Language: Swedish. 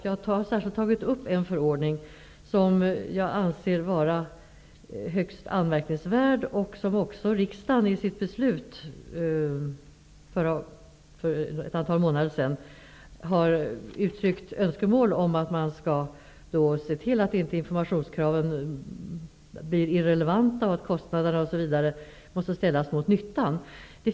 Jag har särskilt tagit fasta på en förordning som jag anser vara högst anmärkningsvärd. Riksdagen har ju i samband med sitt beslut för ett antal månader sedan uttryckt önskemål om att man skall se till att informationskraven inte blir irrelevanta. Kostnaderna måste ställas mot nyttan osv.